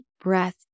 breath